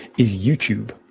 is youtube.